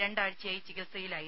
രണ്ടാഴ്ചയായി ചികിത്സയിലായിരുന്നു